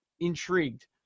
intrigued